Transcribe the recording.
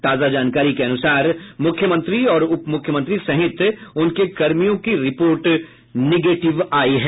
ताजा जानकारी के अनुसार मुख्यमंत्री और उप मुख्यमंत्री सहित उनके कर्मियों की रिपोर्ट निगेटिव आयी है